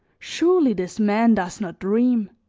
surely this man does not dream.